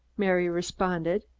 mary responded.